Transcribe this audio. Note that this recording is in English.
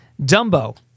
Dumbo